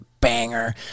banger